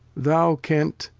thou, kent,